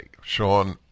Sean